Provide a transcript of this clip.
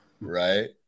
Right